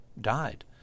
died